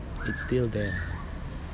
it's still there